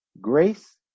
grace